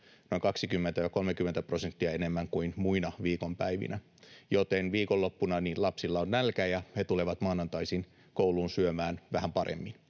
noin 20—30 prosenttia enemmän kuin muina viikonpäivinä, joten viikonloppuna lapsilla on nälkä ja he tulevat maanantaisin kouluun syömään vähän paremmin.